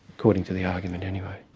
according to the argument anyway.